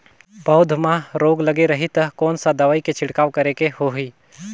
पौध मां रोग लगे रही ता कोन सा दवाई के छिड़काव करेके होही?